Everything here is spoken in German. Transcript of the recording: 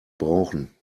brauchen